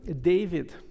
David